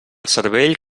cervell